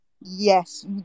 Yes